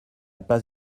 pas